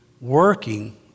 Working